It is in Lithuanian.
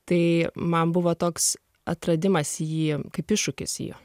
tai man buvo toks atradimas jį kaip iššūkis jį